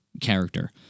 character